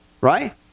right